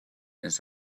his